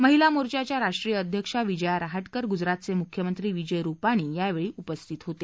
महिला मोर्चाच्या राष्ट्रीय अध्यक्षा विजया रहाटकर गुजरातचे मुख्यमंत्री विजय रुपाणी यावेळी उपस्थित होते